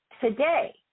today